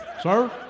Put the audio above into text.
Sir